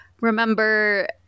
remember